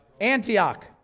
Antioch